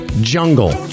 jungle